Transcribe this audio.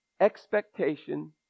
Expectation